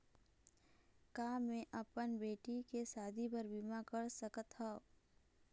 का मैं अपन बेटी के शादी बर बीमा कर सकत हव?